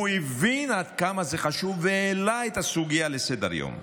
הוא הבין עד כמה זה חשוב והעלה את הסוגיה לסדר-היום.